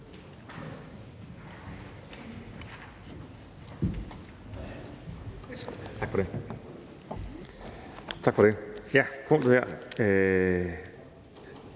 Tak for det.